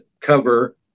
cover